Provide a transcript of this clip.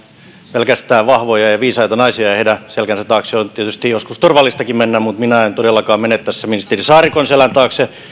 pelkästään vahvoja ja ja viisaita naisia ja heidän selkänsä taakse on tietysti joskus turvallistakin mennä mutta minä en todellakaan mene tässä ministeri saarikon selän taakse